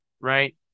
right